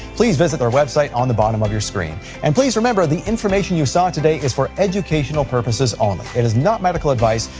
please visit their website on the bottom of your screen. and please remember, the information you saw today is for educational purposes only. it is not medical advice,